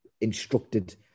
instructed